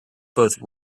both